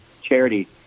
charity